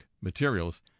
materials